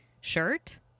shirt